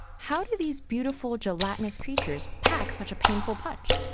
how do these beautiful, gelatinous creatures pack such a painful punch?